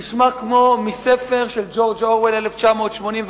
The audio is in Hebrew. נשמע כמו מהספר של ג'ורג' אורוול "1984".